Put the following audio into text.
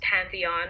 pantheon